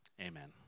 amen